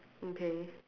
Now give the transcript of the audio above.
okay